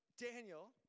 Daniel